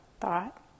thought